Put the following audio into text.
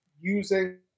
using